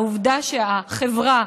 העובדה שהחברה,